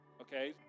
Okay